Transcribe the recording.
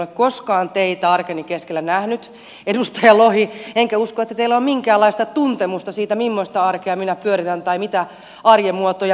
en ole koskaan teitä arkeni keskellä nähnyt edustaja lohi enkä usko että teillä on minkäänlaista tuntemusta siitä mimmoista arkea minä pyöritän tai mitä arjen muotoja minä tunnen